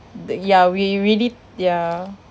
th~ ya we we need ya